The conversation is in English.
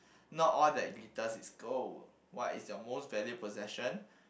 not all that glitters is gold what is your most valued possession